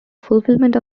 fulfilment